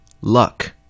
Luck